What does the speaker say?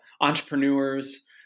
entrepreneurs